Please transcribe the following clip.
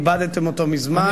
איבדתם אותו מזמן,